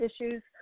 issues